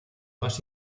más